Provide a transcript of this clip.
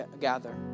gather